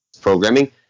programming